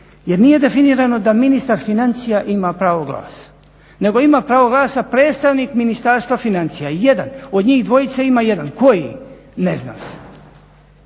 Jer nije definirano da ministar financija ima pravo glasa, nego ima pravo glasa predstavnik Ministarstva financija. Jedan, od njih dvojice ima jedan. Koji? Ne zna se.